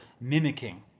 mimicking